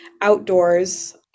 outdoors